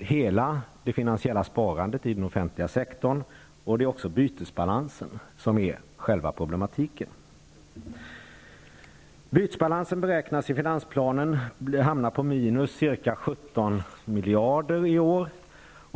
hela det finansiella sparandet i den offentliga sektorn. Den stora problematiken är bytesbalansen. Bytesbalansen beräknas i finansplanen hamna på ett minus om ca 17 miljarder i år.